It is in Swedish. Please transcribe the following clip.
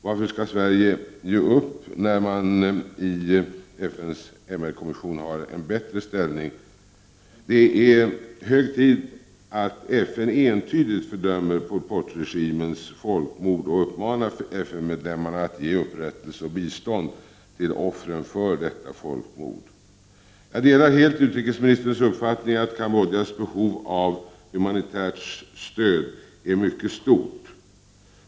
Varför skall Sverige ge upp när man i FN:s MR kommission har en bättre ställning? Det är hög tid att FN entydigt fördömer Pol Pot-regimens folkmord och uppmanar FN-medlemmarna att ge upprättelse och bistånd till offren för detta folkmord. Jag delar helt utrikesministerns uppfattning att Kambodjas behov av humanitärt stöd är mycket stort.